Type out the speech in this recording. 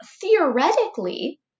theoretically